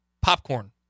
popcorn